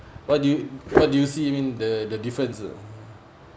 what do you what do you see you mean the the differences